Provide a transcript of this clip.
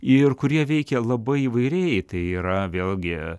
ir kurie veikia labai įvairiai tai yra vėlgi